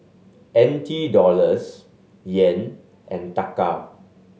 N T Dollars Yen and Taka